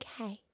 Okay